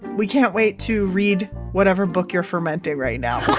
we can't wait to read whatever book you're fermenting right now